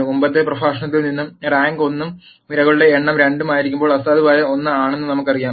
മുമ്പത്തെ പ്രഭാഷണത്തിൽ നിന്ന് റാങ്ക് 1 ഉം നിരകളുടെ എണ്ണം 2 ഉം ആയിരിക്കുമ്പോൾ അസാധുവായി 1 ആണെന്ന് നമുക്കറിയാം